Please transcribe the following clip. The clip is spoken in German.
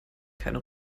keine